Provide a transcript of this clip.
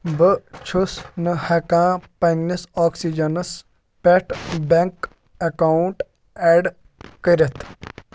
بہٕ چھُس نہٕ ہٮ۪کان پنٛنِس آکسِجَنَس پٮ۪ٹھ بٮ۪نٛک اٮ۪کاوُنٛٹ اٮ۪ڈ کٔرِتھ